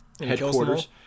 Headquarters